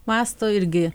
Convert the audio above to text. mąsto irgi